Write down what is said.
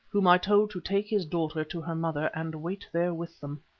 whom i told to take his daughter to her mother and wait there with them.